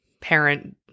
parent